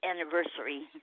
anniversary